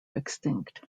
extinct